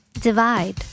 divide